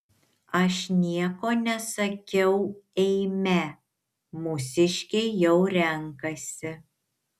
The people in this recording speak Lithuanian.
aš nieko nesakiau eime mūsiškiai jau renkasi